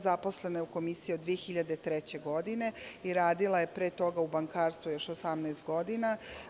Zaposlena je u Komisiji od 2003. godine i radila je pre toga u bankarstvu još 18 godina.